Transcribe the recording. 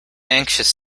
anxious